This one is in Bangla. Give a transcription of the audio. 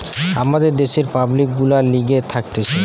আমাদের দ্যাশের পাবলিক গুলার লিগে থাকতিছে